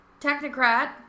technocrat